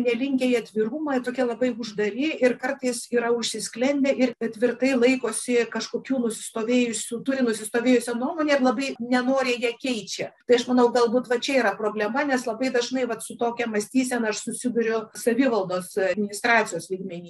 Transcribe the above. nelinkę į atvirumą tokie labai uždari ir kartais yra užsisklendę ir tvirtai laikosi kažkokių nusistovėjusių turi nusistovėjusią nuomonę ir labai nenoriai ją keičia tai aš manau galbūt va čia yra problema nes labai dažnai vat su tokia mąstysena aš susiduriu savivaldos administracijos lygmeny